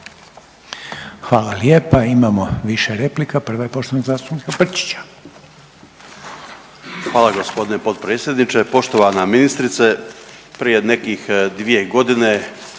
Hvala lijepa. Imamo više replika, prva je poštovanog zastupnika Brčića. **Brčić, Luka (HDZ)** Hvala g. potpredsjedniče. Poštovana ministrice, prije nekih dvije godine